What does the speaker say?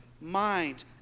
mind